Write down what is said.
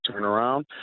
turnaround